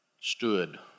stood